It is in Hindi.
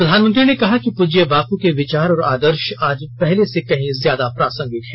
प्रधानमंत्री ने कहा कि पृज्य बाप के विचार और आदर्श आज पहले से कहीं ज्यादा प्रासंगिक है